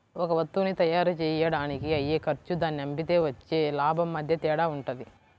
ఒక వత్తువుని తయ్యారుజెయ్యడానికి అయ్యే ఖర్చు దాన్ని అమ్మితే వచ్చే లాభం మధ్య తేడా వుంటది